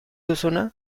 duzuna